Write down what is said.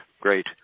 great